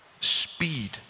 speed